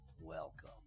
welcome